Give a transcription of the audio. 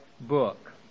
book